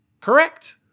correct